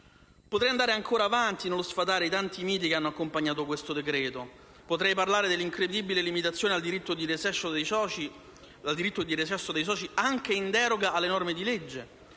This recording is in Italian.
Potrei andare ancora avanti nello sfatare i tanti miti che hanno accompagnato questo decreto-legge. Potrei parlare dell'incredibile limitazione al diritto di recesso dei soci «anche in deroga alle norme di legge»